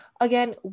again